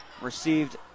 received